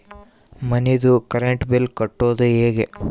ಮನಿದು current bill ಕಟ್ಟೊದು ಹೇಗೆ?